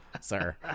sir